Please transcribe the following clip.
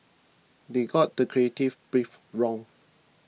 they got the creative brief wrong